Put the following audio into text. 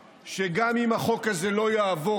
לכם, הורדת הסכום ולא הוספת